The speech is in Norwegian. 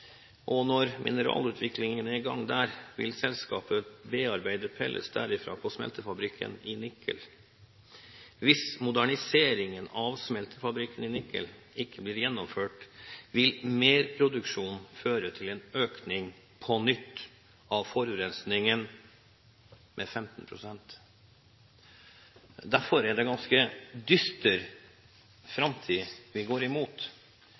Når mineralutviklingen er i gang der, vil selskapet bearbeide pellets derifra på smeltefabrikken i Nikel. Hvis moderniseringen av smeltefabrikken i Nikel ikke blir gjennomført, vil merproduksjonen føre til en økning av forurensningen på nytt med 15 pst. Derfor er det en ganske dyster framtid vi går